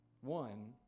One